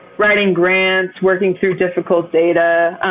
writing grants, working through difficult data,